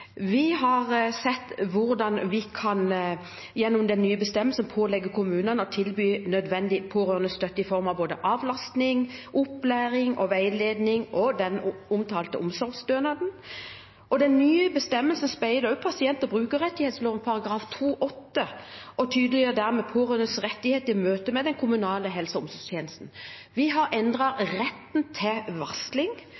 vi har sett hvordan vi gjennom den nye bestemmelsen kan pålegge kommunene å tilby nødvendig pårørendestøtte i form av både avlasting, opplæring, veiledning og den omtalte omsorgsstønaden. Den nye bestemmelsen speiler også pasient- og brukerrettighetsloven § 2-8 og tydeliggjør dermed pårørendes rettigheter i møte med den kommunale helse- og omsorgstjenesten. Vi har